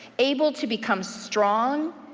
able to become strong,